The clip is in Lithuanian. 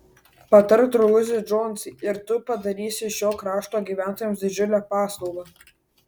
patark drauguži džonsai ir tu padarysi šio krašto gyventojams didžiulę paslaugą